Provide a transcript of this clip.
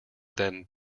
than